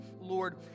Lord